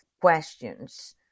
questions